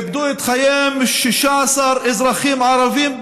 איבדו את חייהם 16 אזרחים ערבים,